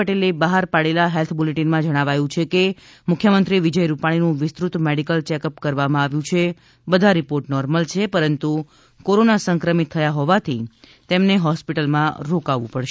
પટેલે બહાર પાડેલા હેલ્થ બુલેટિનમાં જણાવાયું છે કે મુખ્યમંત્રી વિજય રૂપાણીનું વિસ્તૃત મેડિકલ ચેકઅપ કરવામાં આવ્યું છે અને બધા રિપોર્ટ નોર્મલ છે પરંતુ કોરોના સંક્રમિત થયા હોવાથી તેમણે હોસ્પિટલમાં રોકાવું પડશે